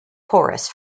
chorus